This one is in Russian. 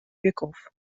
веков